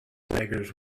beggars